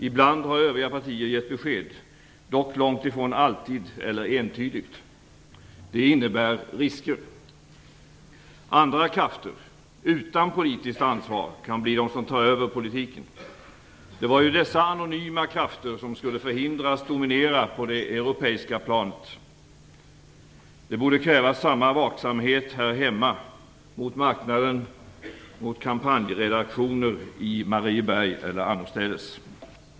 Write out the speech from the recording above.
Ibland har övriga partier gett besked, dock långt ifrån alltid eller entydigt. Det innebär risker. Andra krafter, utan politiskt ansvar, kan bli de som tar över politiken. Det var ju dessa anonyma krafter som skulle förhindras dominera på det europeiska planet. Det borde krävas samma vaksamhet här hemma, mot marknaden och mot kampanjredaktioner i Marieberg eller annorstädes.